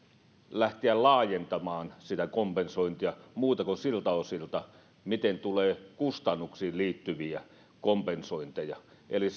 lähteä laajentamaan sitä kompensointia muuten kuin siltä osilta miten tulee kustannuksiin liittyviä kompensointeja eli